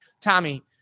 tommy